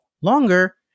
longer